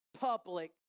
public